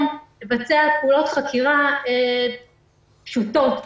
לבצע פעולות חקירה פשוטות היום,